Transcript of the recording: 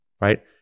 right